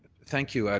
thank you.